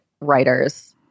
writers